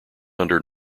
under